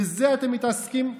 בזה אתם מתעסקים?